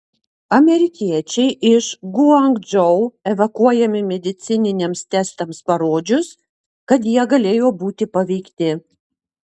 amerikiečiai iš guangdžou evakuojami medicininiams testams parodžius kad jie galėjo būti paveikti